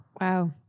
Wow